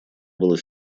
было